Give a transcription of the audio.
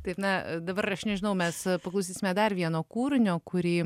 taip na dabar aš nežinau mes paklausysime dar vieno kūrinio kurį